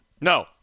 No